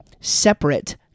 separate